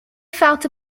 felt